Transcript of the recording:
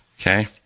Okay